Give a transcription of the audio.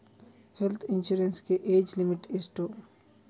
Health insurance ಗೆ age limit ಎಷ್ಟು?